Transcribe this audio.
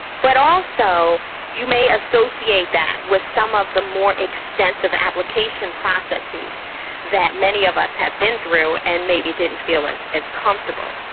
but also you may associate that with some of the more extensive application processes that many of us have been through and maybe didn't feel as as comfortable.